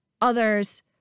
others